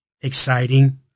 exciting